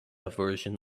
version